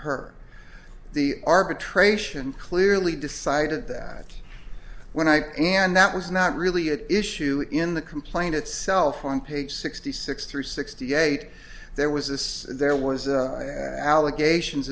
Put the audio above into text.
her the arbitration clearly decided that it when i and that was not really an issue in the complaint itself on page sixty six through sixty eight there was this there was allegations